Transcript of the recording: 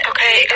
Okay